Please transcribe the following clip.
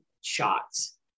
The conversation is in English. shots